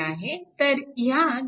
तर ह्या 2